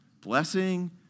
Blessing